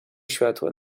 światła